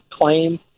claim